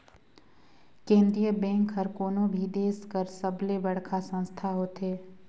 केंद्रीय बेंक हर कोनो भी देस कर सबले बड़खा संस्था होथे